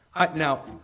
now